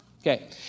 Okay